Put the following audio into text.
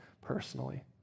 personally